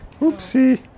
Oopsie